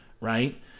right